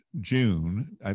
June